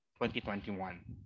2021